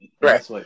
Right